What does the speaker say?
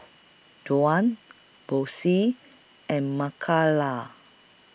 Duane Boyce and Mikayla